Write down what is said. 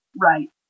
right